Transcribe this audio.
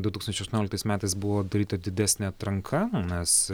du tūkstančiai aštuonioliktais metais buvo daryta didesnė atranka nes